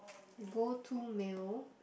go to meal